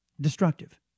destructive